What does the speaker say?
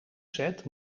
set